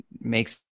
makes